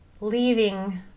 leaving